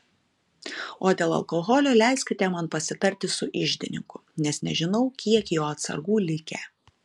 o dėl alkoholio leiskite man pasitarti su iždininku nes nežinau kiek jo atsargų likę